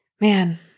Man